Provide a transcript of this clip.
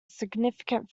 significant